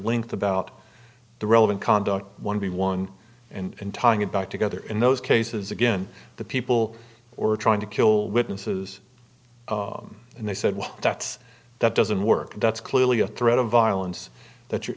length about the relevant conduct one be one and tying it back together in those cases again the people or trying to kill witnesses and they said well that's that doesn't work that's clearly a threat of violence that you're